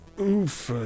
Oof